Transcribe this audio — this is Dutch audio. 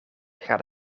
gaat